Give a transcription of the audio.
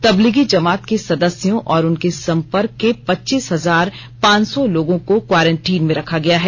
तबलीगी जमात के सदस्यों और उनके संपर्क के पचीस हजार पांच सौ लोगों को क्वाजरंटीन में रखा गया है